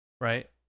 Right